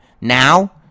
Now